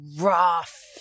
rough